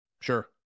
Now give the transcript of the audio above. Sure